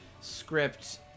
script